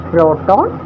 Proton